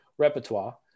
repertoire